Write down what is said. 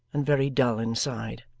and very dull inside.